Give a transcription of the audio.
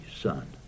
Son